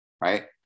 right